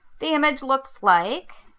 the image looks like